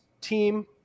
team